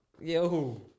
Yo